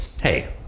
hey